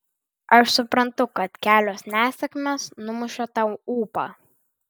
aš suprantu kad kelios nesėkmės numušė tau ūpą